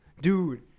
Dude